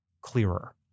clearer